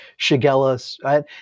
Shigella